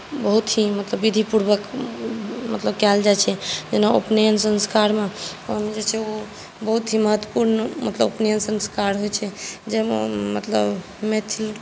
बहुत ही मतलब विधिपूर्वक मतलब कयल जाइ छै जेना उपनयन संस्कारमेजे चाही बहुत ही महत्वपुर्ण मतलब उपनयन संस्कार होइ छै जाहिमे मतलब मैथिल